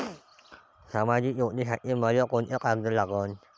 सामाजिक योजनेसाठी मले कोंते कागद लागन?